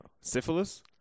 syphilis